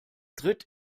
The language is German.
tritt